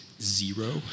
zero